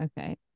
Okay